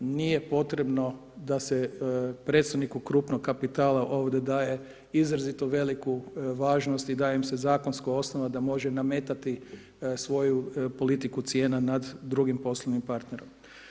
Nije potrebno da se predstojniku krupnog kapitala ovdje daje izrazito veliku važnost i daje im se zakonska osnova da može nametati svoju politiku cijena nad drugim poslovnim partnerom.